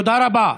תודה רבה.